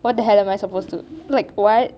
what the hell am I supposed to like what